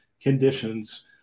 conditions